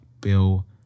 Bill